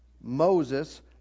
Moses